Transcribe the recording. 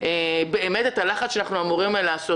באמת את גורם הלחץ שאנחנו אמורים להוות.